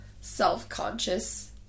self-conscious